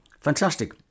Fantastic